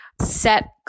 set